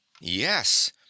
yes